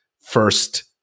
first